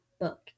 book